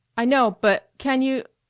i know but can you,